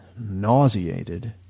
nauseated